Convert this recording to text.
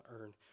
earn